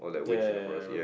ya ya ya ya I remem~